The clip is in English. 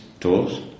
tools